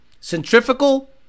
centrifugal